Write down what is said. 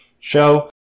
show